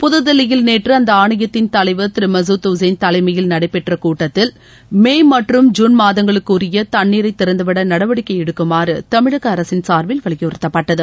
புதுதில்லியில் நேற்று அந்த ஆணையத்தின் தலைவா் திரு மசூத் உசேன் தலைமையில் நடைபெற்ற கூட்டத்தில் மே மற்றும் ஜூன் மாதங்களுக்குரிய தண்ணீரை திறந்துவிட நடவடிக்கை எடுக்குமாறு தமிழக அரசின் சார்பில் வலியுறுத்தப்பட்டது